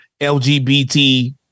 LGBT